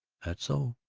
that's so.